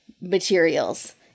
materials